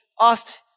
asked